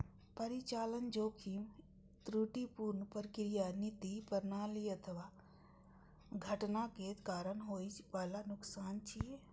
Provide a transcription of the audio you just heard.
परिचालन जोखिम त्रुटिपूर्ण प्रक्रिया, नीति, प्रणाली अथवा घटनाक कारण होइ बला नुकसान छियै